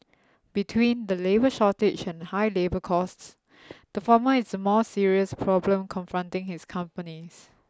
between the labour shortage and high labour costs the former is a more serious problem confronting his companies